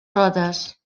rodes